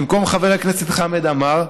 במקום חבר הכנסת חמד עמאר,